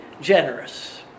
generous